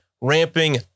ramping